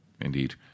Indeed